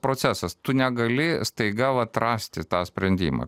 procesas tu negali staiga vat rasti tą sprendimą